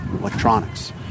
electronics